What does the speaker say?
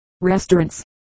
restaurants